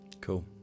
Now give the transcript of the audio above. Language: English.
Cool